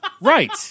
Right